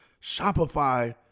Shopify